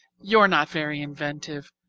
you're not very inventive.